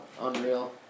Unreal